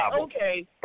okay